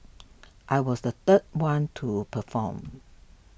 I was the third one to perform